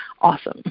awesome